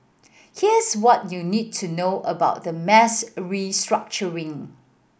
here's what you need to know about the mass restructuring